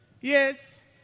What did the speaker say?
Yes